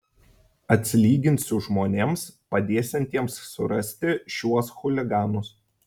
atsilyginsiu žmonėms padėsiantiems surasti šiuos chuliganus